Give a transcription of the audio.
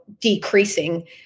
decreasing